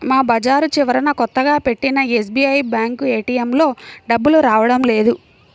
మా బజారు చివరన కొత్తగా పెట్టిన ఎస్బీఐ బ్యేంకు ఏటీఎంలో డబ్బులు రావడం లేదు